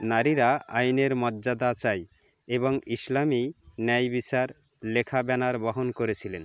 নারীরা আইনের মর্যাদা চাই এবং ইসলামই ন্যায় বিচার লেখা ব্যানার বহন করছিলেন